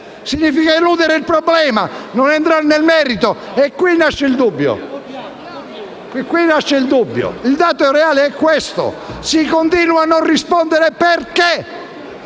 Significa eludere il problema, non entrare nel merito e qui nasce il dubbio. Il dato reale è questo. Si continua a non rispondere. Perché?